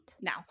now